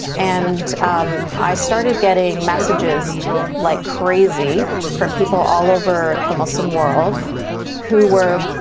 and um i started getting messages like crazy from people all over the muslim world who were